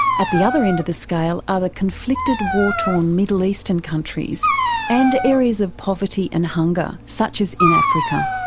at the other end of the scale are ah the conflicted war-torn middle eastern countries and areas of poverty and hunger such as in africa.